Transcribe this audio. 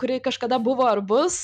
kuri kažkada buvo ar bus